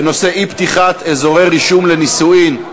בנושא: אי-פתיחת אזורי רישום לנישואין.